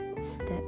step